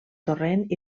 torrent